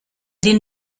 den